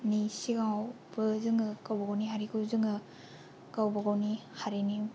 नि सिगाङावबो जोङो गावबागावनि हारिखौ जोङो गावबागावनि हारिनि